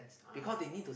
ah